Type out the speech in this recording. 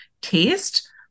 taste